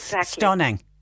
stunning